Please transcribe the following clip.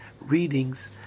readings